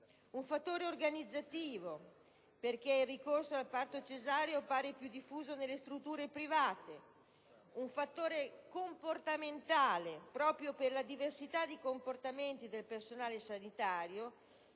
quello organizzativo, giacché il ricorso al parto cesareo appare più diffuso nelle strutture private; quello comportamentale, proprio per la diversità dei comportamenti del personale sanitario,